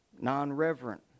Non-reverent